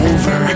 Over